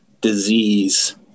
disease